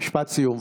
משפט סיום,